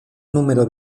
número